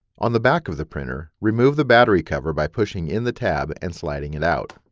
on the back of the printer, remove the battery cover by pushing in the tab and sliding it out.